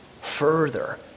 Further